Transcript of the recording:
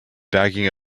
bagging